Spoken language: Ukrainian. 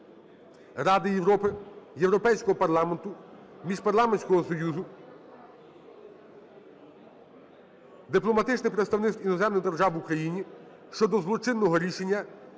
Ради Європи, Європейського парламенту, Міжпарламентського союзу, дипломатичних представництв іноземних держав в Україні щодо злочинного рішення